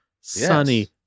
sunny